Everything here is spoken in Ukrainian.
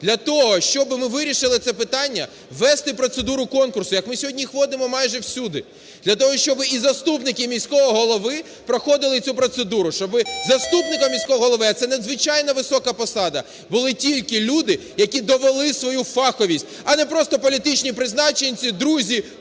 Для того, щоб ми вирішили це питання, ввести процедуру конкурсу, як ми сьогодні їх вводимо майже всюди для того, щоб і заступники міського голови проходили цю процедуру, щоб заступника міського голови, а це надзвичайно висока посада, були тільки люди, які довели свою фаховість, а не просто політичні призначенці, друзі,